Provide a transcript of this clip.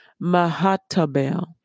Mahatabel